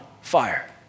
fire